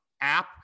app